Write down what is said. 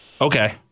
Okay